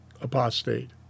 apostate